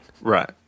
Right